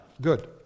Good